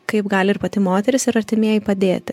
kaip gali ir pati moteris ir artimieji padėti